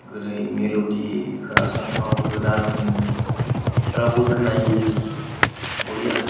गोदै मिल'दि खोनासंथाव गोदान रावबो खोनायि बरिया